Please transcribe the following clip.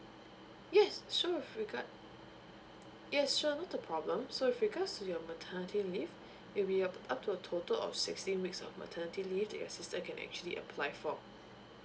yes sure with regards yes sure not a problem so with regards to your maternity leave it'll be uh up to a total of sixteen weeks of maternity leave that your sister can actually apply for